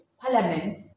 parliament